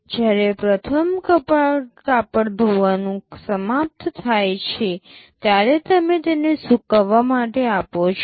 જ્યારે પ્રથમ કાપડ ધોવાનું સમાપ્ત થાય છે ત્યારે તમે તેને સૂકવવા માટે આપવા માંગો છો